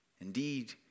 Indeed